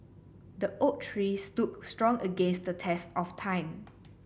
the oak tree stood strong against the test of time